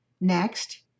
Next